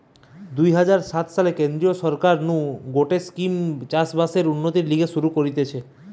দুই হাজার সাত সালে কেন্দ্রীয় সরকার নু গটে স্কিম চাষ বাসের উন্নতির লিগে শুরু করতিছে